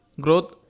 growth